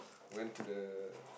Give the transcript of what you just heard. went to the